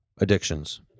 addictions